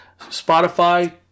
Spotify